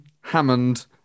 Hammond